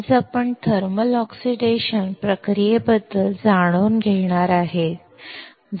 आज आपण thermal oxidation प्रक्रियेबद्दल जाणून घेणार आहोत